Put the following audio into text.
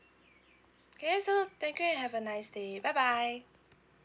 okay so thank you and have a nice day bye bye